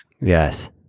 yes